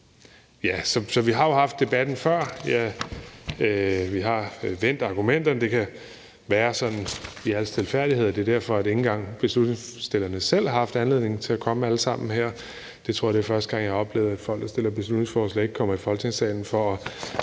det. Så vi har jo haft debatten før. Vi har vendt argumenterne. Så det kan være, sagt sådan i al stilfærdighed, at det er derfor, at ikke engang forslagsstillerne selv har haft anledning til at komme alle sammen her. Jeg tror, det er første gang, jeg har oplevet, at folk, der har fremsat et beslutningsforslag, ikke kommer i Folketingssalen for at